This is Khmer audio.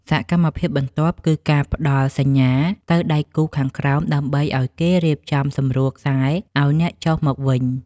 សកម្មភាពបន្ទាប់ គឺការផ្ដល់សញ្ញាទៅដៃគូខាងក្រោម ដើម្បីឱ្យគេរៀបចំសម្រួលខ្សែឱ្យអ្នកចុះមកវិញ។